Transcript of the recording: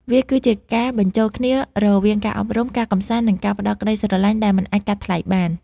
វាគឺជាការបញ្ចូលគ្នារវាងការអប់រំ ការកម្សាន្ត និងការផ្តល់ក្ដីស្រឡាញ់ដែលមិនអាចកាត់ថ្លៃបាន។